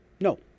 No